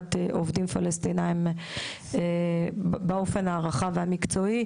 העסקת עובדים פלשתינאים באופן הרחב והמקצועי.